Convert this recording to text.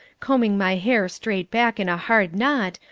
combing my hair straight back in a hard knot,